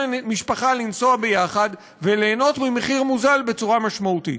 למשפחה לנסוע יחד וליהנות ממחיר מוזל בצורה משמעותית.